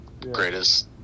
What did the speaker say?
greatest